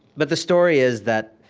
but the story is that